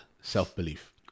self-belief